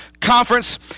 conference